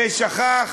ושכח